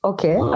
Okay